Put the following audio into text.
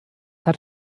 hat